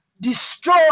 Destroy